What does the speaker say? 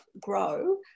grow